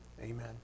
Amen